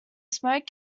smoke